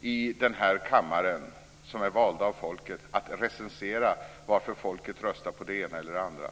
i den här kammaren som är vald av folket att recensera varför folket röstar på det ena eller andra.